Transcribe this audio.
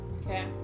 okay